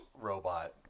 robot